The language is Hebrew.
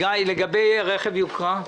גיא גולדמן,